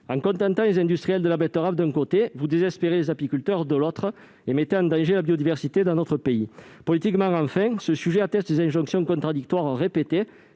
En contentant les industriels de la betterave d'un côté, vous désespérez de l'autre les apiculteurs et vous mettez en danger la biodiversité dans notre pays. Politiquement enfin, ce sujet révèle les injonctions contradictoires répétées